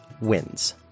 wins